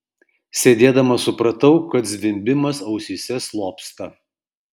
sėdėdama supratau kad zvimbimas ausyse slopsta